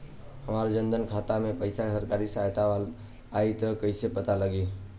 हमार जन धन खाता मे पईसा सरकारी सहायता वाला आई त कइसे पता लागी?